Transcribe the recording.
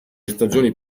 stagioni